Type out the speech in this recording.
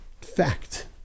fact